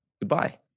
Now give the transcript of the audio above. goodbye